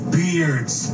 beards